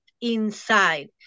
inside